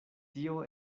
tio